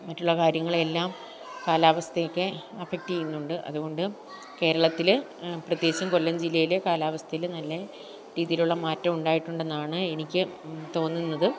മറ്റുള്ള കാര്യങ്ങളെ എല്ലാം കാലാവസ്ഥയൊക്കെ അഫക്ട് ചെയ്യുന്നുണ്ട് അത്കൊണ്ട് കേരളത്തിലെ പ്രത്യേകിച്ചും കൊല്ലം ജില്ലയിലെ കാലാവസ്ഥയിൽ നല്ല രീതിയിലുള്ള മാറ്റോണ്ടായിട്ടുണ്ടെന്നാണ് എനിക്ക് തോന്നുന്നത്